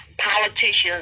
politicians